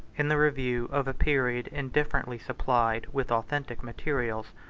in the review of a period indifferently supplied with authentic materials,